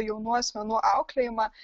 jaunų asmenų auklėjimą